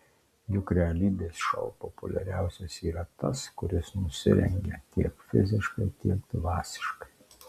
juk realybės šou populiariausias yra tas kuris nusirengia tiek fiziškai tiek dvasiškai